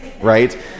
right